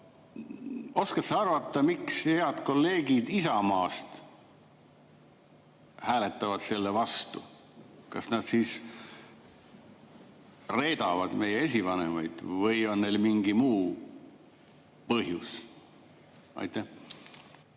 oskad sa arvata, miks head kolleegid Isamaast hääletavad selle vastu? Kas nad siis reedavad meie esivanemaid või on neil mingi muu põhjus? Hea